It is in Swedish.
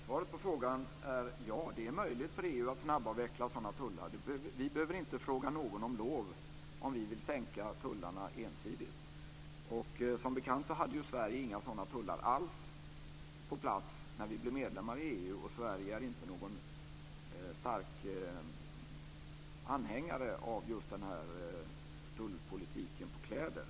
Herr talman! Svaret på frågan är: Ja, det är möjligt för EU att snabbavveckla sådana tullar. Vi behöver inte fråga någon om lov om vi vill sänka tullarna ensidigt. Som bekant hade Sverige inga sådana tullar alls på plats när vi blev medlemmar i EU, och Sverige är inte någon stark anhängare av just den här tullpolitiken på kläder.